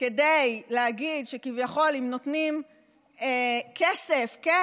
כדי להגיד שכביכול אם נותנים כסף לציבור הערבי,